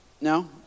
No